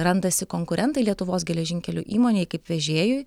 randasi konkurentai lietuvos geležinkelių įmonei kaip vežėjui